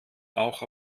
auch